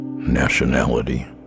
nationality